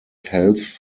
health